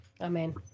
amen